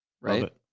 right